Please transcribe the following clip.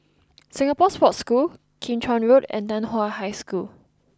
Singapore Sports School Kim Chuan Road and Nan Hua High School